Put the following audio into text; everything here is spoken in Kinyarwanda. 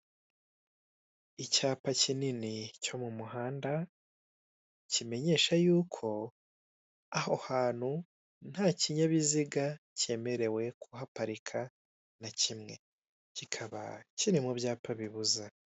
Icyapa kinini cyo mu muhanda kimenyesha yuko aho hantu nta kinyabiziga cyemerewe kuhaparika na kimwe, kikaba kiri mu byapa bibuza.